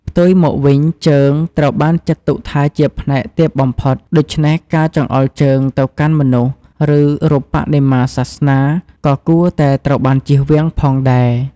ផ្ទុយមកវិញ ជើងត្រូវបានចាត់ទុកថាជាផ្នែកទាបបំផុត ដូច្នេះការចង្អុលជើងទៅកាន់មនុស្ស ឬរូបបដិមាសាសនា ក៏គួរតែត្រូវបានជៀសវាងផងដែរ។